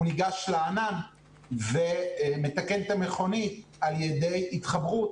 הוא ניגש לענן ומתקן את המכונית על ידי התחברות